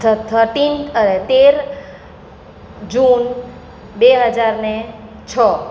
thirteen તેર જૂન બે હજાર ને છ